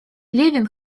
левин